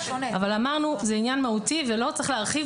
אבל אמרנו שזה עניין מהותי ולא צריך להרחיב